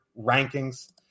rankings